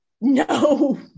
No